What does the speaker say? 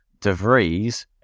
devries